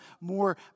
more